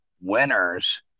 Winners